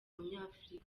umunyafurika